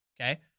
Okay